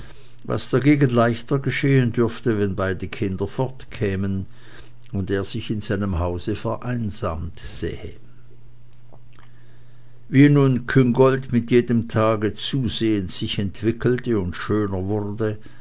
was dagegen leichter geschehen dürfte wenn beide kinder fortkämen und er sich in seinem hause vereinsamt sähe wie nun küngolt mit jedem tage zusehends sich entwickelte und schöner wurde